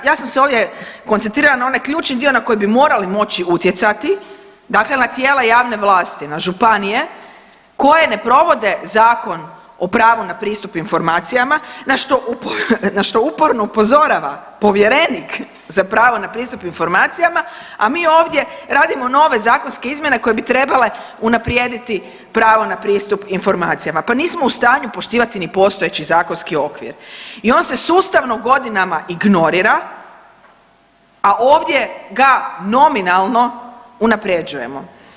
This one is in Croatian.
Ja, ja sam se ovdje koncentrirala na onaj ključni dio na koji bi morali moći utjecati, dakle na tijela javne vlasti, na županije koje ne provode Zakon o pravu na pristup informacijama, na što uporno upozorava povjerenik za pravo na pristup informacijama, a mi ovdje radimo nove zakonske izmjene koje bi trebale unaprijediti pravo na pristup informacijama, pa nismo u stanju poštivati ni postojeći zakonski okvir i on se sustavno godinama ignorira, a ovdje ga nominalno unaprjeđujemo.